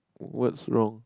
what's wrong